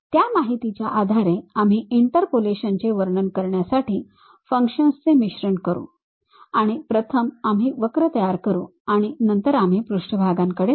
त्या माहितीच्या आधारे आम्ही इंटरपोलेशनचे वर्णन करण्यासाठी फंक्शन्सचे मिश्रण करू आणि प्रथम आम्ही वक्र तयार करू आणि नंतर आम्ही पृष्ठभागांकडे वळू